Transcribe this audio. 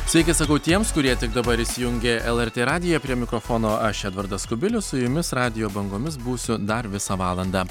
sveiki sakau tiems kurie tik dabar įsijungė lrt radiją prie mikrofono aš edvardas kubilius su jumis radijo bangomis būsiu dar visą valandą